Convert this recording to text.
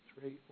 three